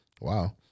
Wow